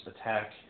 attack